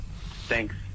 Thanks